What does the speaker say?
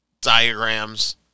diagrams